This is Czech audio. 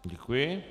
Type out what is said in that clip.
Děkuji.